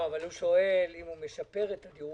הוא שואל: אם הוא משפר את הדיור,